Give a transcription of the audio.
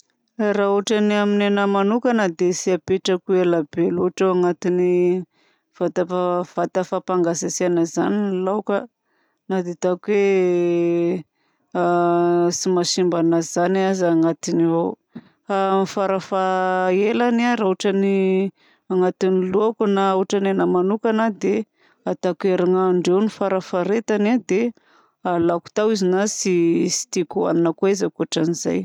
Raha ohatra ny amin'ny anahy manokana dia tsy apetrako elabe loatra ao anaty vata fampangatsiatsiahana izany ny laoka na dia ataoko hoe tsy mahasimba anazy zany aza agnatiny ao farafahaelany raha ohatra ny agnaty lohako na ohatra ny anahy manokana dia ataoko herinandro eo farafaharetany dia alàko tao izy na tsy tiako ho anona koa izy ankoatran'izay.